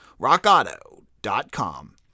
Rockauto.com